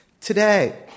Today